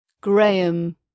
Graham